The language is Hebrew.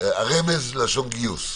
הרמז לשון גיוס.